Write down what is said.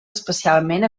especialment